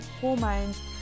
hormones